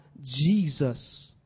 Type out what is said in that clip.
Jesus